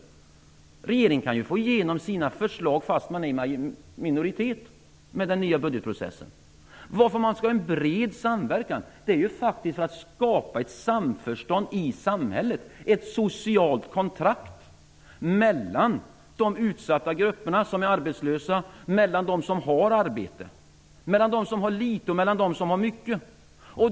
Med den nya budgetprocessen kan ju regeringen få igenom sina förslag, även om man är i minoritet. Att man skall ha en bred samverkan är ju faktiskt för att skapa ett samförstånd i samhället - ett socialt kontrakt - mellan de utsatta grupperna, som är arbetslösa, och de som har arbete och mellan de som har litet och de som har mycket.